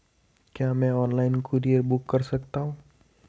क्या मैं online courier book कर सकता हूँ?